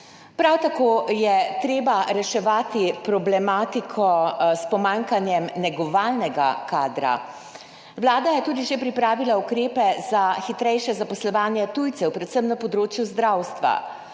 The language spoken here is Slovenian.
Prav tako je treba reševati problematiko s pomanjkanjem negovalnega kadra. Vlada je tudi že pripravila ukrepe za hitrejše zaposlovanje tujcev, predvsem na področju zdravstva.